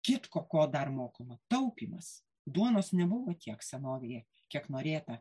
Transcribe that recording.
kitko ko dar mokoma taupymas duonos nebuvo tiek senovėje kiek norėta